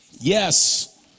Yes